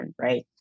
right